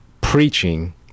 preaching